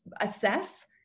assess